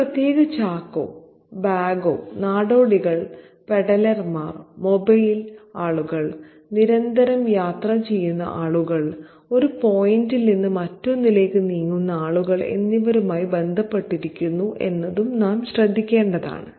ഈ പ്രത്യേക ചാക്കോ ബാഗോ നാടോടികൾ പെഡലർമാർ മൊബൈൽ ആളുകൾ നിരന്തരം യാത്ര ചെയ്യുന്ന ആളുകൾ ഒരു പോയിന്റിൽ നിന്ന് മറ്റൊന്നിലേക്ക് നീങ്ങുന്ന ആളുകൾ എന്നിവരുമായി ബന്ധപ്പെട്ടിരിക്കുന്നു എന്നതും നാം ശ്രദ്ധിക്കേണ്ടതാണ്